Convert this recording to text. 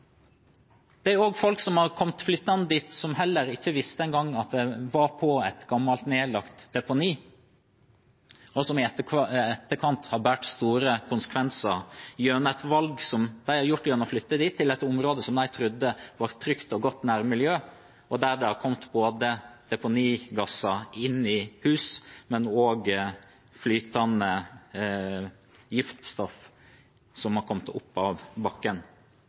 har også kommet folk flyttende dit som ikke engang visste at de var på et gammelt, nedlagt deponi, og som i etterkant har båret store konsekvenser på grunn av valget de tok om å flytte dit, til et område som de trodde hadde et trygt og godt nærmiljø, men der det har kommet både deponigasser inn i hus og flytende giftstoffer opp av bakken.